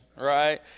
Right